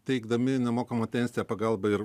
teikdami nemokamą teisinę pagalbą ir